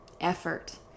effort